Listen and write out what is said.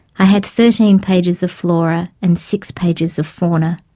i had thirteen pages of flora and six pages of fauna.